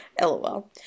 LOL